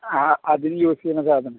ആ അതിന് യൂസ് ചെയ്യുന്ന സാധനമാണ്